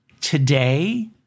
today